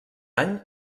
any